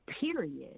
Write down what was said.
period